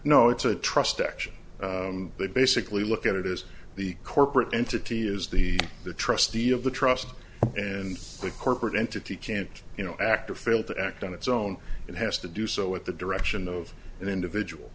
no it's a trust action they basically look at it is the corporate entity is the the trustee of the trust and the corporate entity can't you know act or fail to act on its own it has to do so at the direction of an individual